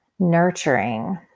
nurturing